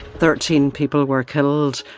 thirteen people were killed.